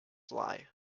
lie